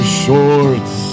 shorts